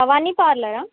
Bhavani పార్లరా